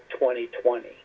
2020